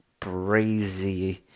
Brazy